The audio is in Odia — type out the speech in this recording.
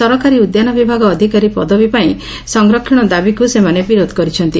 ସରକାରୀ ଉଦ୍ୟାନ ବିଭାଗ ଅଧିକାରୀ ପଦବୀ ପାଇଁ ସଂରକ୍ଷଣ ଦାବିକୁ ସେମାନେ ବିରୋଧ କରିଛନ୍ତି